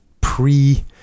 pre